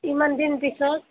ইমান দিন পিছত